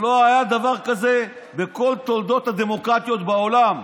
שלא היה דבר כזה בכל תולדות הדמוקרטיות בעולם.